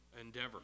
endeavor